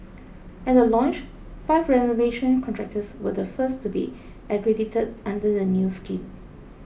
at the launch five renovation contractors were the first to be accredited under the new scheme